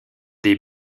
des